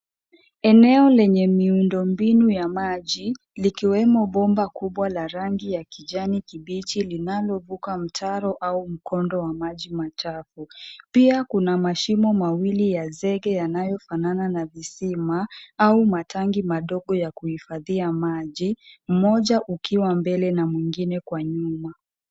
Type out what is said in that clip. Eneo lenye miundombinu ya maji likiwemo bomba kubwa la rangi ya kijani kibichi linalovuka mtaro au mkondo wa maji machafu. Pia kuna mashimo mawili ya zege yanayofanana na visima au matanki madogo ya ya kuhifadhia maji. Mmoja ukiwa mbele na mwingine kwa nyuma.